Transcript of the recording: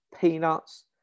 peanuts